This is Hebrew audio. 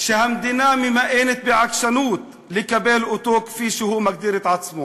שהמדינה ממאנת בעקשנות לקבל אותו כפי שהוא מגדיר את עצמו.